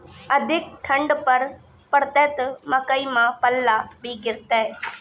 अधिक ठंड पर पड़तैत मकई मां पल्ला भी गिरते?